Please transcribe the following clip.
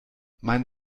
mein